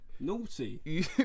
Naughty